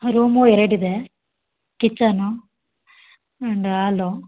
room ಎರಡು ಇದೆ kitchen and aloo